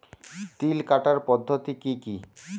তিল কাটার পদ্ধতি কি কি?